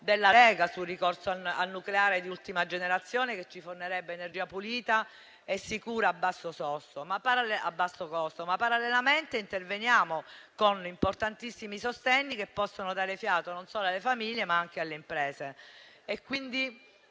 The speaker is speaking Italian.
della Lega sul ricorso al nucleare di ultima generazione, che ci fornirebbe energia pulita e sicura a basso costo), parallelamente si interviene con importantissimi sostegni che possono dare fiato non sono alle famiglie, ma anche alle imprese.